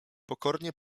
pokornie